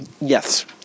Yes